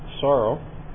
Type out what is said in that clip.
sorrow